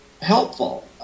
helpful